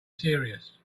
serious